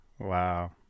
Wow